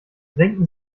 senken